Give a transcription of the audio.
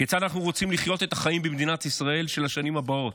כיצד אנחנו רוצים לחיות את החיים במדינת ישראל של השנים הבאות?